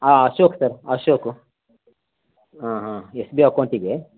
ಆಂ Ashok sir Ashok ಹಾಂ ಹಾಂ S B ಅಕೌಂಟಿಗೆ